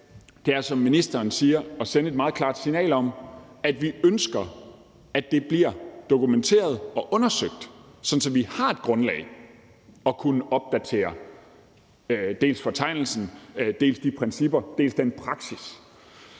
kan, er, som ministeren siger, at sende et meget klart signal om, at vi ønsker, at det bliver dokumenteret og undersøgt, sådan at vi har et grundlag at kunne opdatere dels fortegnelsen, dels principperne, dels praksissen